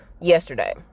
yesterday